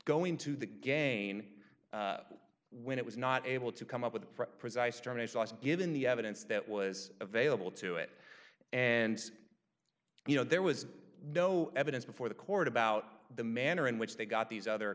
going to the gain when it was not able to come up with represents germany's loss given the evidence that was available to it and you know there was no evidence before the court about the manner in which they got these other